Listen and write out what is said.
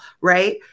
right